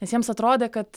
nes jiems atrodė kad